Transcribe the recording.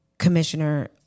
Commissioner